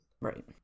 Right